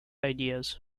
ideas